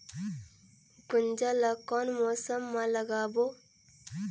गुनजा ला कोन मौसम मा लगाबो?